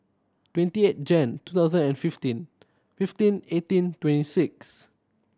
twenty eight Jan two thousand and fifteen fifteen eighteen twenty six